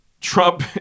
Trump